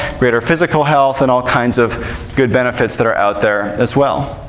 greater physical health, and all kinds of good benefits that are out there as well.